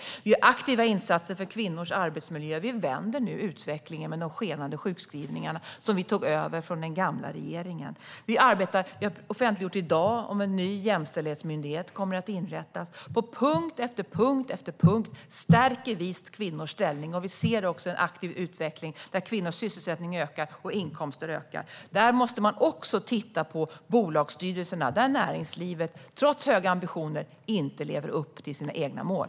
Vi gör aktiva insatser för kvinnors arbetsmiljö, och vi vänder nu den utveckling av skenande sjukskrivningar som vi tog över från den gamla regeringen. Vi har i dag offentliggjort att en ny jämställdhetsmyndighet kommer att inrättas. På punkt efter punkt stärker vi kvinnors ställning, och vi ser en aktiv utveckling där kvinnors sysselsättning och inkomster ökar. Där måste man också titta på bolagsstyrelserna, där näringslivet - trots höga ambitioner - inte lever upp till sina egna mål.